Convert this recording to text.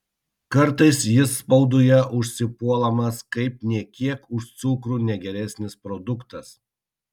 kartais jis spaudoje užsipuolamas kaip nė kiek už cukrų negeresnis produktas